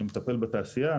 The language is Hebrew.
שמטפל בתעשייה.